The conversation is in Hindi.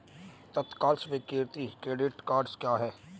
तत्काल स्वीकृति क्रेडिट कार्डस क्या हैं?